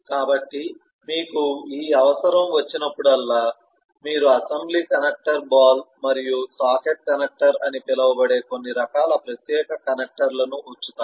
కాబట్టి మీకు ఈ అవసరం వచ్చినప్పుడల్లా మీరు అసెంబ్లీ కనెక్టర్ బాల్ మరియు సాకెట్ కనెక్టర్ అని పిలువబడే కొన్ని రకాల ప్రత్యేక కనెక్టర్లను ఉంచుతారు